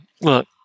Look